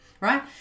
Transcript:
right